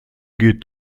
geht